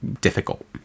difficult